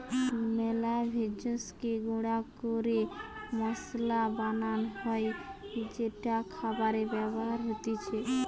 মেলা ভেষজকে গুঁড়া ক্যরে মসলা বানান হ্যয় যেটা খাবারে ব্যবহার হতিছে